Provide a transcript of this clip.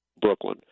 Brooklyn